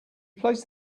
placed